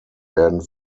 werden